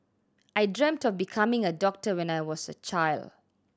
I dreamt of becoming a doctor when I was a child